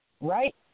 right